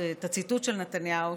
את הציטוט של נתניהו,